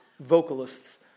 vocalists